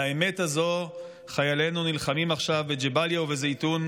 על האמת הזאת חיילינו נלחמים עכשיו בג'באליה ובזייתון,